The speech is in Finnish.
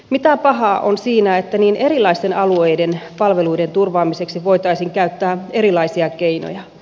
mitä pahaa on siinä että niin erilaisten alueiden palveluiden turvaamiseksi voitaisiin käyttää erilaisia keinoja